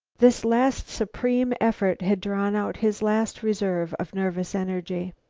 this last supreme effort had drawn out his last reserve of nervous energy.